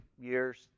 years